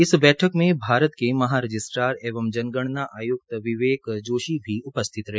इस बैठकमें भारत के महा रजिस्ट्रार एवं जनगणना आयुक्त आयुक्त विवेक जोशी भी उपस्थित रहे